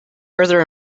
further